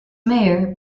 mayor